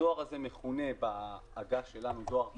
הדואר הזה מכונה בעגה שלנו דואר כמותי.